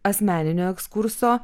asmeninio ekskurso